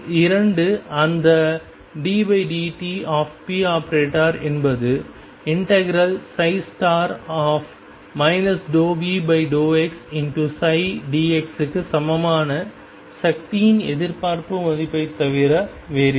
இரண்டு அந்த ddt⟨p⟩ என்பது ∂V∂xψ dx க்கு சமமான சக்தியின் எதிர்பார்ப்பு மதிப்பைத் தவிர வேறில்லை